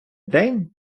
день